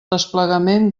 desplegament